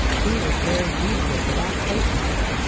he was very dubious about taking it.